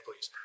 please